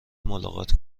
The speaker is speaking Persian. ملاقات